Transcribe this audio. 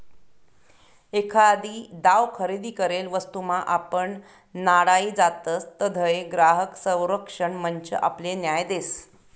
एखादी दाव खरेदी करेल वस्तूमा आपण नाडाई जातसं तधय ग्राहक संरक्षण मंच आपले न्याय देस